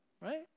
Right